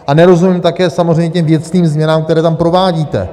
A nerozumím také samozřejmě těm věcným změnám, které tam provádíte.